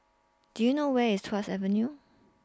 Do YOU know Where IS Tuas Avenue